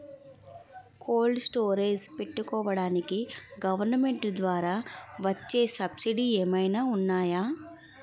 Cold storage పెట్టుకోడానికి government ద్వారా వచ్చే సబ్సిడీ ఏమైనా ఉన్నాయా?